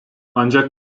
ancak